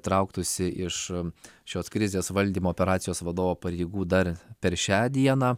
trauktųsi iš šios krizės valdymo operacijos vadovo pareigų dar per šią dieną